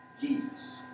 Jesus